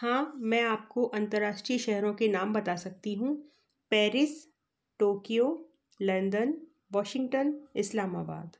हाँ मैं आपको अंतर्राष्ट्रीय शहरों के नाम बता सकती हूँ Paris Tokyo London Washington Islamabad